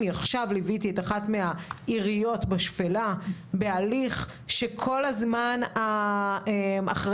אני עכשיו ליוויתי את אחת מהעיריות בשפלה בהליך שכל הזמן האחראית,